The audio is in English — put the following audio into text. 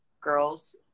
girls